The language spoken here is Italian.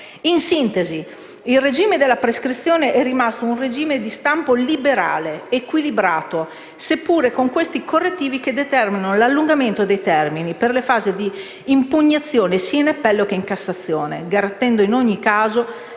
In sintesi, il regime della prescrizione è rimasto un regime di stampo liberale, equilibrato, seppure con questi correttivi che determinano l'allungamento dei termini, per le fasi di impugnazione sia in appello che in Cassazione, garantendo in ogni caso